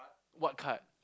what card